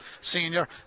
senior